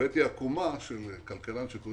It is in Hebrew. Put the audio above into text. הבאתי עקומה של כלכלן שנקרא